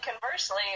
conversely